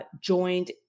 joined